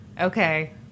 Okay